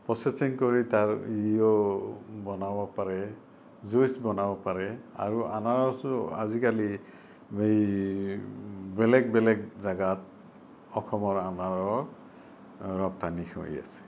processing কৰি তাৰ ইয়ো বনাব পাৰে জুইচ বনাব পাৰে আৰু আনাৰসো আজিকালি এই বেলেগ বেলেগ জাগাত অসমৰ আনাৰস ৰপ্তানি হৈ আছে